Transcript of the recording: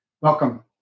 Welcome